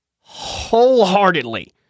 Wholeheartedly